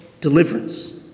deliverance